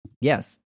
Yes